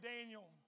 Daniel